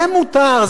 זה מותר,